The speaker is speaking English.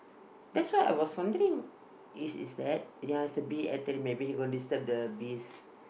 that's why I was wondering is is that ya is the bee attack him maybe he go disturb the bees